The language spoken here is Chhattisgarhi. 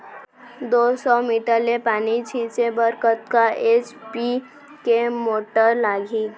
दो सौ मीटर ले पानी छिंचे बर कतका एच.पी के मोटर लागही?